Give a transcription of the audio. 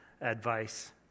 advice